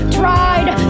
tried